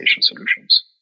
solutions